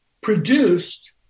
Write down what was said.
produced